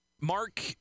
Mark